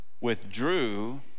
withdrew